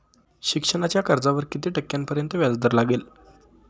शिक्षणाच्या कर्जावर किती टक्क्यांपर्यंत व्याजदर लागेल?